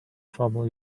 trouble